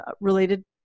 related